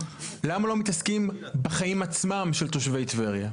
למה לא מתעסקים בחיים עצמם של תושבי טבריה?